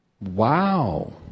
Wow